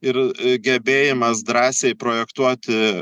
ir gebėjimas drąsiai projektuoti